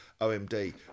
OMD